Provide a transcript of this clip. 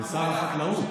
לשר החקלאות?